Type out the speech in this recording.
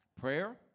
Prayer